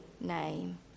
name